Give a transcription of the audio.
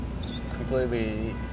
completely